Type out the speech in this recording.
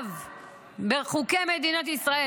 כמחויב בחוקי מדינת ישראל.